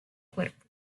cuerpo